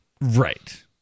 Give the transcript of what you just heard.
Right